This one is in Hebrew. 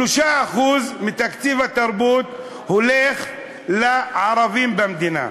3% מתקציב התרבות הולכים לערבים במדינה.